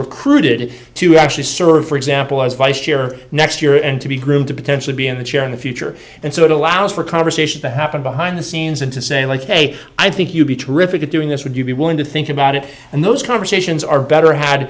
recruited to actually serve for example as vice chair next year and to be groomed to potentially be in the chair in the future and so it allows for conversation to happen behind the scenes and to say like ok i think you'd be terrific at doing this would you be willing to think about it and those conversations are better had